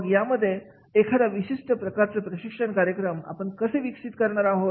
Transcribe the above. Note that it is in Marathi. मग यामध्ये एखादा विशिष्ट प्रकारचा प्रशिक्षण कार्यक्रम आपण कसे विकसित करणार आहोत